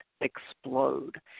explode